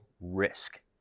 Risk